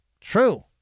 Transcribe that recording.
true